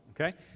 Okay